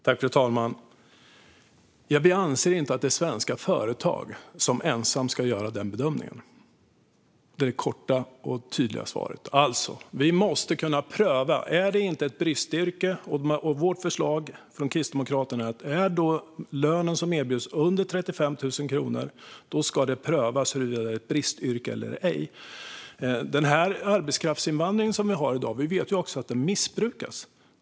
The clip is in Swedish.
Fru talman! Vi anser inte att det är svenska företag som ensamma ska göra den bedömningen. Det är det korta och tydliga svaret. Alltså: Vi måste kunna pröva om det är ett bristyrke. Om den lön som erbjuds är lägre än 35 000 kronor ska det prövas huruvida det är ett bristyrke eller ej. Vi vet att den arbetskraftsinvandring som finns i dag missbrukas.